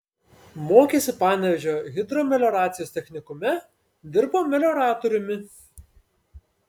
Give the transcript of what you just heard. mokėsi panevėžio hidromelioracijos technikume dirbo melioratoriumi